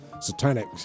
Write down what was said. Satanic